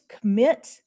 commit